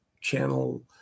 channel